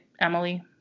Emily